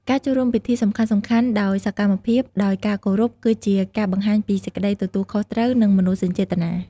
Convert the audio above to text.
ការចូលរួមពិធីសំខាន់ៗដោយសកម្មភាព ដោយការគោរព គឺជាការបង្ហាញពីសេចក្ដីទទួលខុសត្រូវ និងមនោសញ្ចេតនា។